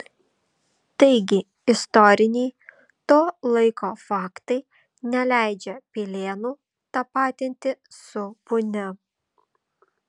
taigi istoriniai to laiko faktai neleidžia pilėnų tapatinti su punia